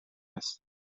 هست